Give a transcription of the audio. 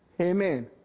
Amen